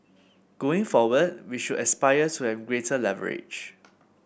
going forward we should aspire to have greater leverage